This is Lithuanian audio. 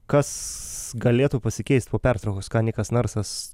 kas galėtų pasikeist po pertraukos ką nikas narsas